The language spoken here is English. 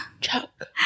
chuck